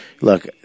look